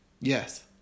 Yes